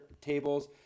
tables